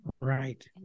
Right